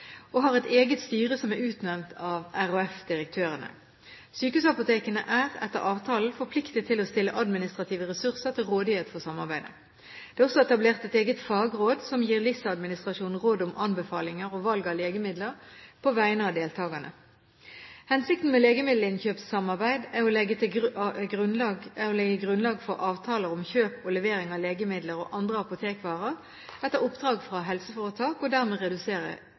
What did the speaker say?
og har et eget styre som er utnevnt av RHF-direktørene. Sykehusapotekene er etter avtalen forpliktet til å stille administrative ressurser til rådighet for samarbeidet. Det er også etablert et eget fagråd som gir LIS-administrasjonen råd om anbefalinger og valg av legemidler på vegne av deltakerne. Hensikten med legemiddelinnkjøpssamarbeid er å legge grunnlag for avtaler om kjøp og levering av legemidler og andre apotekvarer etter oppdrag fra helseforetak, og dermed redusere